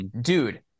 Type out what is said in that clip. Dude